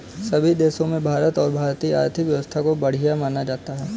सभी देशों में भारत और भारतीय आर्थिक व्यवस्था को बढ़िया माना जाता है